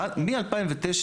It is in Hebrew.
מ-2009,